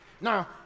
Now